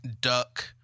duck